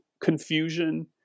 confusion